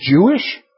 Jewish